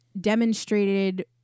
demonstrated